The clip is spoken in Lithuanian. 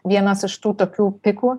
vienas iš tų tokių pikų